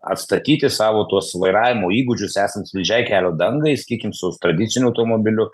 atstatyti savo tuos vairavimo įgūdžius esant slidžiai kelio dangai sakykim su tradiciniu automobiliu